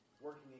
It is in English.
working